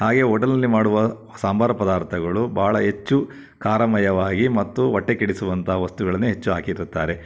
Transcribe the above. ಹಾಗೇ ಓಟೆಲ್ನಲ್ಲಿ ಮಾಡುವ ಸಾಂಬಾರ ಪದಾರ್ಥಗಳು ಭಾಳ ಹೆಚ್ಚು ಖಾರಮಯವಾಗಿ ಮತ್ತು ಹೊಟ್ಟೆ ಕೆಡಿಸುವಂಥ ವಸ್ತುಗಳನ್ನೇ ಹೆಚ್ಚು ಹಾಕಿರುತ್ತಾರೆ